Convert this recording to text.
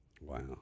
Wow